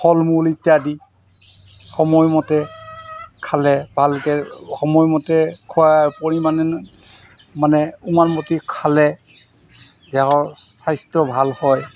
ফলমূল ইত্যাদি সময়মতে খালে ভালকৈ সময়মতে খোৱাৰ পৰিমাণে মানে উমানমতে খালে ইয়াৰ দেহৰ স্বাস্থ্য ভাল হয়